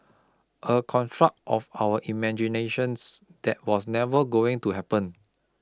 a construct of our imaginations that was never going to happen